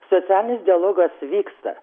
socialinis dialogas vyksta